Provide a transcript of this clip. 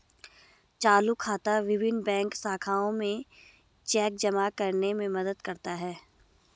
चालू खाता विभिन्न बैंक शाखाओं में चेक जमा करने में मदद करता है